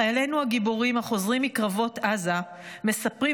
חיילינו הגיבורים החוזרים מקרבות עזה מספרים